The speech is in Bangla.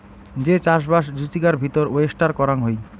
যে চাষবাস জুচিকার ভিতর ওয়েস্টার করাং হই